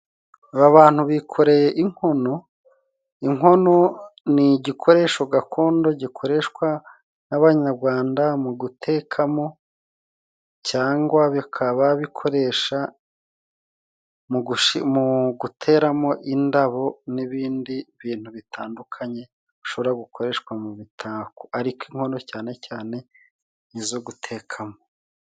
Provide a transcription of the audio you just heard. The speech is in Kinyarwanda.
Aba bantu bikoreye inkono. Inkono ni igikoresho gakondo gikoreshwa n'Abanyagwanda mu gutekamo, cyangwa bikaba bikoresha mu guteramo indabo n'ibindi bintu bitandukanye, bishobora gukoreshwa mu mitako. Ariko inkono cyane cyane ni izo gutekamo.